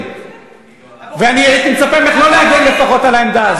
הם נמצאים פה כדי,